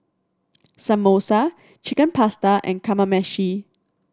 Samosa Chicken Pasta and Kamameshi